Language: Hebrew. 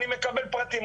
אני מקבל פרטים,